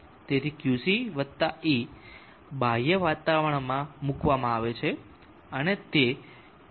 તેથી Qc E બાહ્ય વાતાવરણમાં મૂકવામાં આવે છે અને તે 24